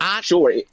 sure